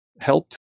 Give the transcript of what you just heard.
helped